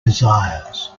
desires